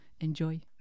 enjoy